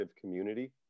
community